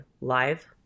live